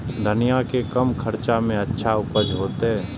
धनिया के कम खर्चा में अच्छा उपज होते?